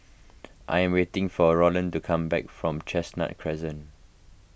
I am waiting for Rolland to come back from Chestnut Crescent